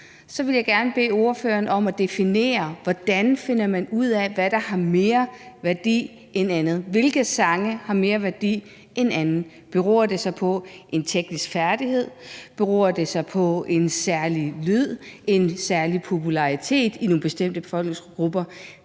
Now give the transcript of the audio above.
Så vil jeg gerne bede ordføreren om at definere, hvordan man finder ud af, hvad der har mere værdi end andet. Hvilke sange har mere værdi end andre? Beror det på en teknisk færdighed? Beror det på en særlig lyd, en særlig popularitet i nogle bestemte befolkningsgrupper?